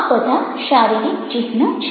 આ બધા શારીરિક ચિહ્નો છે